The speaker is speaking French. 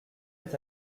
est